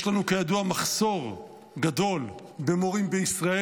יש לנו כידוע מחסור גדול במורים בישראל.